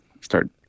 start